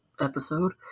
episode